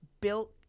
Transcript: built